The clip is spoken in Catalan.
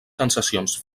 sensacions